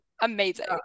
Amazing